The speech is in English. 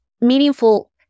meaningful